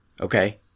Okay